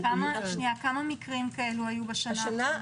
כמה מקרים כאלה היו לך בשנה האחרונה?